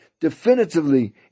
definitively